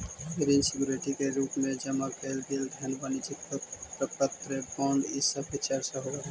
ऋण सिक्योरिटी के रूप में जमा कैइल गेल धन वाणिज्यिक प्रपत्र बॉन्ड इ सब के चर्चा होवऽ हई